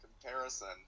comparison